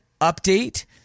update